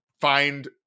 find